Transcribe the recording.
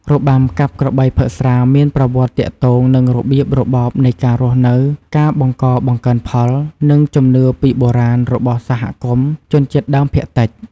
របាំកាប់ក្របីផឹកស្រាមានប្រវត្តិទាក់ទងនឹងរបៀបរបបនៃការរស់នៅ ការបង្កបង្កើនផល និងជំនឿពីបុរាណរបស់សហគមន៍ជនជាតិដើមភាគតិច។